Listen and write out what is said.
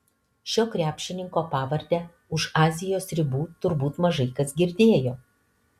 šio krepšininko pavardę už azijos ribų turbūt mažai kas girdėjo